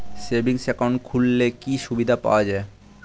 Savings account খুললে কি সুবিধা পাওয়া যায়?